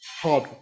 hard